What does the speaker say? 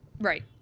Right